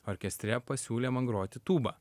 orkestre pasiūlė man groti tūba